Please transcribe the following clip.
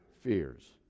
fears